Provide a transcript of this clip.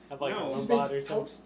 No